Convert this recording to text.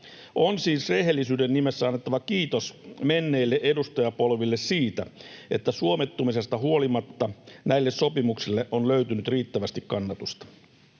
On siis rehellisyyden nimissä annettava kiitos menneille edustajapolville siitä, että suomettumisesta huolimatta näille sopimuksille on löytynyt riittävästi kannatusta.